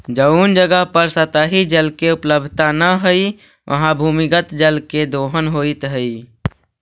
जउन जगह पर सतही जल के उपलब्धता न हई, उहाँ भूमिगत जल के दोहन होइत हई